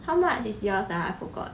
how much is yours ah I forgot